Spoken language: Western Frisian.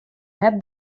net